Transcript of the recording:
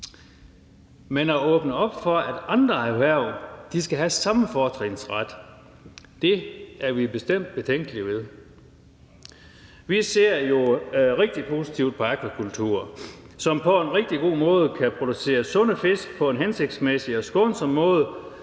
Men at åbne op for, at andre erhverv skal have samme fortrinsret, er vi bestemt betænkelige ved. Vi ser jo rigtig positivt på akvakultur, som på en rigtig god måde kan producere sunde fisk på en hensigtsmæssig og skånsom måde